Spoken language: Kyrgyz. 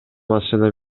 машина